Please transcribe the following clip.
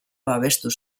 babestu